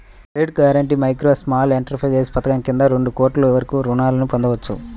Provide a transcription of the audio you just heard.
credit guarantee micro, small enterprises పథకం కింద రెండు కోట్ల వరకు రుణాలను పొందొచ్చు